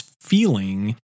feeling